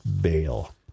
bail